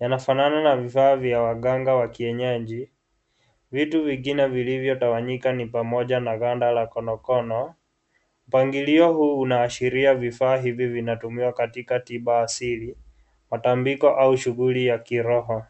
yanafanana na vifaa vya waganga wa kienyeji, citu vungine vilivyo tawanyika ni pamoja na ganda la konokono, mpangilio huu unaashiria vifaa hivi vinatumika katika tiba asili, matambiko au shuguli ya kiroho.